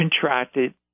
contracted